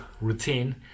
routine